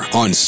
on